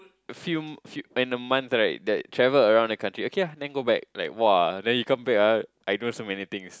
a few few in a month right that travel around the country okay ah then go back like !wah! then you come back ah I know so many things